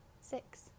Six